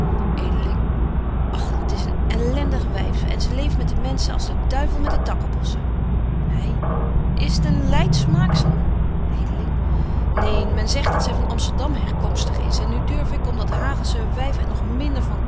och t is een elendig wyf en ze leeft met de menschen als de duivel met de takkebossen hy is t een leidsch maakzel edeling neen men zegt dat zy van amsterdam herkomstig is en nu durf ik om dat hagelsche wyf er nog minder van